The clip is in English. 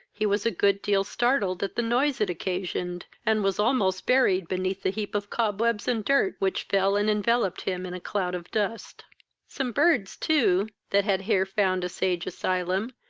he was a good deal startled at the noise it occasioned, and was almost buried beneath the heap of cobwebs and dirt which fell and enveloped him in a cloud of dust some birds too, that had here found a sage asylum,